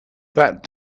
that